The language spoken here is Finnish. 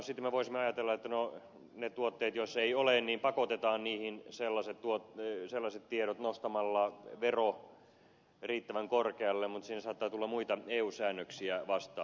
sitten me voisimme ajatella että niihin tuotteisiin joissa ei niitä ole pakotetaan sellaiset tiedot laittamaan nostamalla vero riittävän korkealle mutta siinä saattaa tulla muita eu säännöksiä vastaan